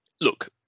look